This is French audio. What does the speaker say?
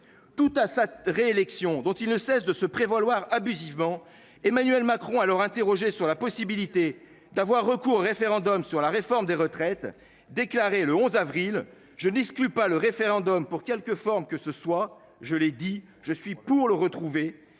Tout à sa réélection, dont il ne cesse de se prévaloir abusivement Emmanuel Macron alors interrogé sur la possibilité d'avoir recours au référendum sur la réforme des retraites. Déclaré le 11 avril. Je n'exclus pas le référendum pour quelque forme que ce soit, je l'ai dit, je suis pour le retrouver